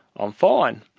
i'm fine.